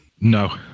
No